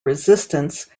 resistance